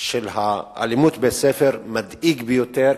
של האלימות בבתי-הספר בארץ מדאיג ביותר,